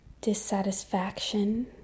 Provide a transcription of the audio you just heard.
dissatisfaction